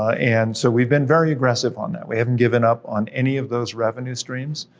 and so we've been very aggressive on that. we haven't given up on any of those revenue streams,